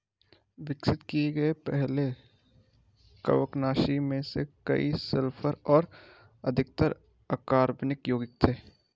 विकसित किए गए पहले कवकनाशी में से कई सल्फर पर आधारित अकार्बनिक यौगिक थे